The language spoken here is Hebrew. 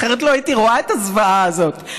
אחרת לא הייתי רואה את הזוועה הזאת.